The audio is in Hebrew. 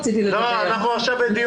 תודה.